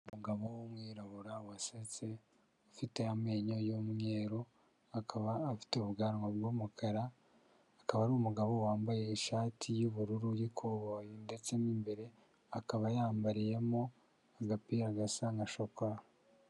Umugabo w'umwirabura wasetse, ufite amenyo y'umweru, akaba afite ubwanwa bw'umukara, akaba ari umugabo wambaye ishati y'ubururu y'ikoboyi ndetse mo imbere akaba yambariyemo agapira gasa nka shokora.